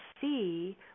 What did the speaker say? see